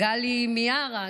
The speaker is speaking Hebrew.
גלי מיארה,